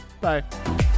bye